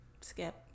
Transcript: Skip